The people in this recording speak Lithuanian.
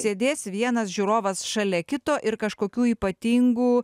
sėdės vienas žiūrovas šalia kito ir kažkokių ypatingų